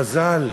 מזל.